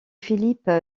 philippe